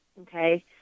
okay